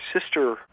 sister